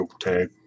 tag